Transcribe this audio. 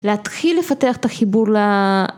להתחיל לפתח את החיבור ל...